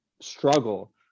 struggle